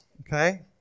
Okay